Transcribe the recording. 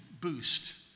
boost